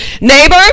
Neighbor